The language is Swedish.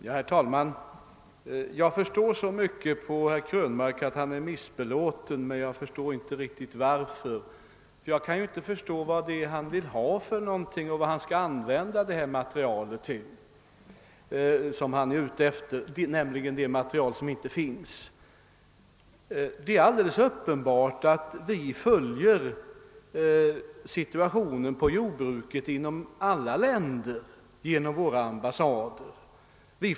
Herr talman! Jag förstår så mycket att herr Krönmark är missbelåten, men jag förstår inte riktigt varför. Jag kan inte förstå vilket material han vill ha och vad han skall använda det till. Det är nämligen ett material som inte finns. Det är alldeles uppenbart att vi följer situationen inom jordbruket i alla länder genom våra ambassader.